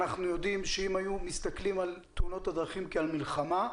אנחנו יודעים שאם היו מסתכלים על תאונות הדרכים כעל מלחמה,